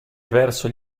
verso